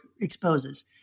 exposes